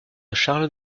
charles